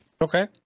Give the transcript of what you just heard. Okay